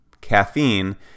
Caffeine